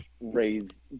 raise